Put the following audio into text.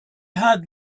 had